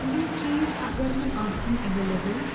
یِم چیز اَگَر نہٕ آسَن ایٚولیبٕل